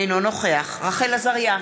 אינו נוכח רחל עזריה,